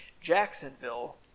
Jacksonville